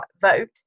vote